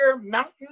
mountain